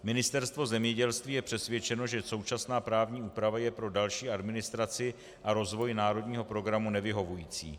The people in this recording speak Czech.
Ministerstvo zemědělství je přesvědčeno, že současná právní úprava je pro další administraci a rozvoj národního programu nevyhovující.